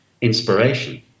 inspiration